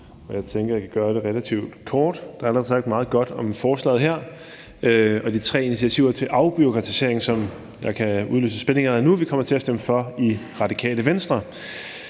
Jeg tænker, at jeg kan gøre det relativt kort. Der er allerede sagt meget godt om forslaget her og de tre initiativer til afbureaukratisering. Jeg kan udløse spændingen allerede nu og sige, at vi i Radikale Venstre